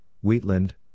Wheatland